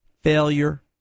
failure